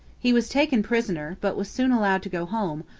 he was taken prisoner but was soon allowed to go home,